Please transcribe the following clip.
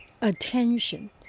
attention